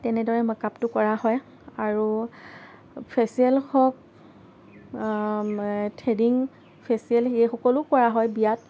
তেনেদৰে মেকআপটো কৰা হয় আৰু ফেচিয়েল হওঁক থ্ৰেডিং ফেচিয়েল এই সকলো কৰা হয় বিয়াত